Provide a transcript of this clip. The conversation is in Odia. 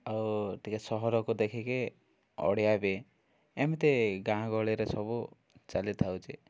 ଆଉ ଟିକେ ସହରକୁ ଦେଖିକି ଅଡ଼ିଆ ବିି ଏମିତି ଗାଁ ଗହଳିରେ ସବୁ ଚାଲିଥାଉଛି